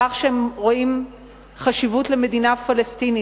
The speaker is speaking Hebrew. על כך שהם רואים חשיבות במדינה פלסטינית,